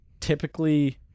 typically